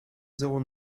zéro